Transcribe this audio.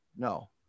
No